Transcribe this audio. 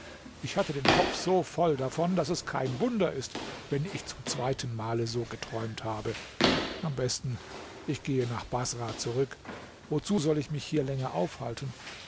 ich hatte den kopf so voll davon daß es kein wunder ist wenn ich zum zweitenmale so geträumt habe am besten ich gehe nach baßrah zurück wozu soll ich mich hier länger aufhalten